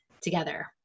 together